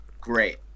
Great